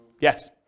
Yes